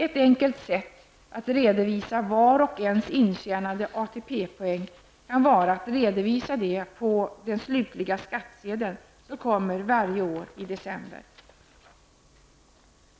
Ett enkelt sätt att redovisa vars och ens intjänade ATP-poäng kan vara att redovisa dem på den slutliga skattsedeln, som kommer varje år i december.